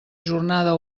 jornada